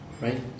right